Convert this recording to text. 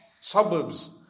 suburbs